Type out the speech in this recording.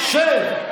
גם נתניהו,